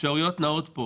האפשרויות נעות פה